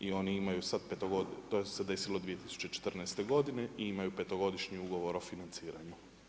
I oni imaju sada petogodišnju, to se desilo 2014. godine i imaju petogodišnji ugovor o financiranju.